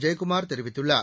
ஜெயக்குமார் தெரிவித்துள்ளார்